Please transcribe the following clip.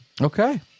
Okay